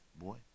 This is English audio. boy